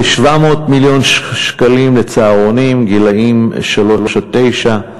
כ-700 מיליון שקלים לצהרונים, גילאים שלוש תשע,